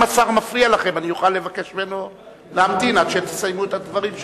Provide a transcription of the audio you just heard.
אם השר מפריע לכם אני אוכל לבקש ממנו להמתין עד שתסיימו את הדברים שלכם.